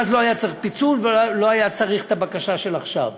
ואז לא היה צריך פיצול ולא היה צריך את הבקשה של עכשיו.